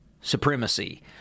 supremacy